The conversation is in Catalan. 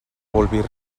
bolvir